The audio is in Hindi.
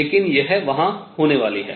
लेकिन यह वहां होने वाली है